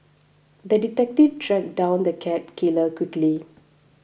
the detective tracked down the cat killer quickly